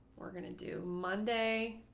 we're going to do monday,